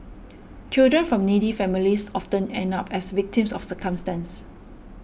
children from needy families often end up as victims of circumstance